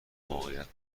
موقعیت